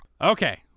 Okay